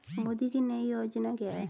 मोदी की नई योजना क्या है?